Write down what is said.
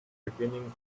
beginning